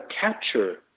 capture